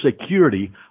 Security